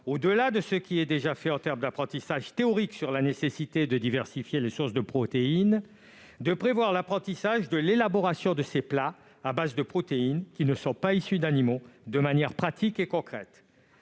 au-delà de ce qui est déjà fait en termes d'apprentissage théorique sur la nécessité de diversifier les sources de protéines, de prévoir l'apprentissage de l'élaboration de plats à base de protéines qui ne sont pas issues d'animaux, de manière pratique et concrète.